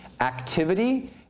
activity